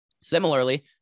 similarly